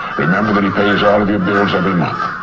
remember that he pays all of your bills every month.